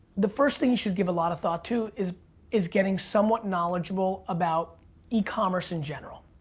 the first thing you should give a lot of thought to is is getting somewhat knowledgeable about e-commerce in general,